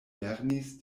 lernis